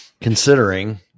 considering